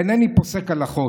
אינני פוסק הלכות,